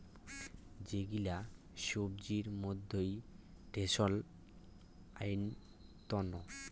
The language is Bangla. যেগিলা সবজির মইধ্যে ঢেড়স অইন্যতম